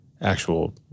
actual